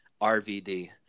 RVD